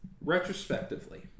Retrospectively